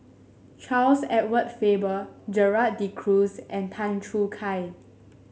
Charles Edward Faber Gerald De Cruz and Tan Choo Kai